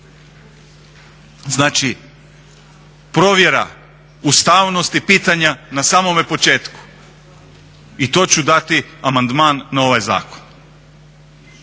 Znači provjera ustavnosti pitanja na samome početku i to ću dati amandman na ovaj zakon.